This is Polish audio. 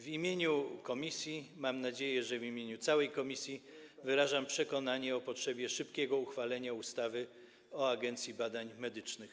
W imieniu komisji, mam nadzieję, że w imieniu całej komisji, wyrażam przekonanie o potrzebie szybkiego uchwalenia ustawy o Agencji Badań Medycznych.